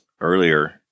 earlier